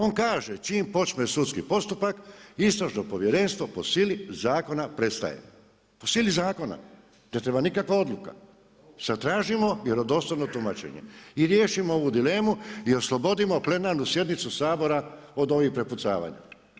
On kaže čim počne sudski postupak istražno povjerenstvo po sili zakona prestaje, po sili zakona, ne treba nikakva odluka, zatražimo vjerodostojno tumačenje i riješimo ovu dilemu i oslobodimo plenarnu sjednicu Sabora od ovih prepucavanja.